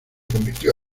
convirtió